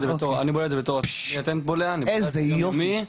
איזה יופי,